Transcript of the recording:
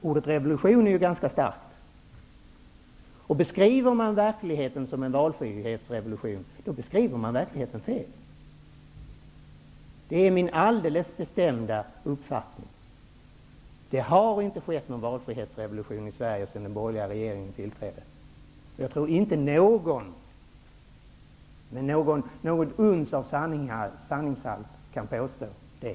Ordet revolution är dock ganska starkt. Om man beskriver verkligheten som en valfrihetsrevolution beskriver man den fel, och det är detta jag vänder mig emot. Det är min alldeles bestämda uppfattning att det inte har skett någon valfrihetsrevolution i Sverige sedan den borgerliga regeringen tillträdde. Jag tror inte att någon med något uns av sanning kan påstå det.